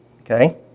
Okay